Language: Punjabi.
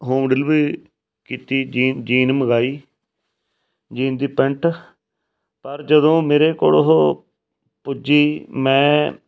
ਹੋਮ ਡਿਲੀਵਰੀ ਕੀਤੀ ਜੀਨ ਜੀਨ ਮੰਗਵਾਈ ਜੀਨ ਦੀ ਪੈਂਟ ਪਰ ਜਦੋਂ ਮੇਰੇ ਕੋਲ ਉਹ ਪੁੱਜੀ ਮੈਂ